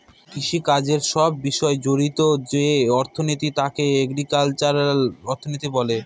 কৃষিকাজের সব বিষয় জড়িত যে অর্থনীতি তাকে এগ্রিকালচারাল অর্থনীতি বলে